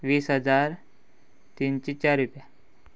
वीस हजार तिनशे चार रुपया